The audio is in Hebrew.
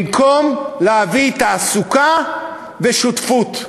במקום להביא תעסוקה ושותפות.